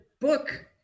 book